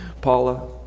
Paula